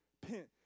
pent